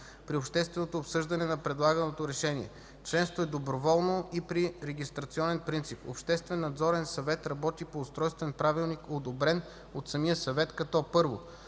при общественото обсъждане на предлаганото решение. Членството е доброволно и при регистрационен принцип. Обществен надзорен съвет работи по устройствен правилник, одобрен от самия съвет, като: 1.